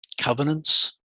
covenants